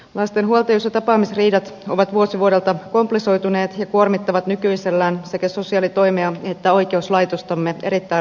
lasten huoltajuus ja tapaamisriidat ovat vuosi vuodelta komplisoituneet ja kuormittavat nykyisellään sekä sosiaalitoimea että oikeuslaitostamme erittäin raskaasti